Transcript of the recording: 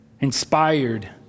inspired